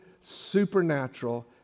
supernatural